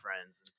friends